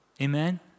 Amen